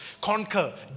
Conquer